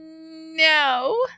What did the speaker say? No